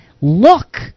look